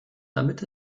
damit